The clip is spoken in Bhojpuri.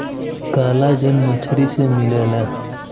कॉलाजन मछरी से मिलला